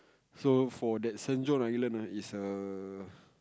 so for that Saint-John Island ah is a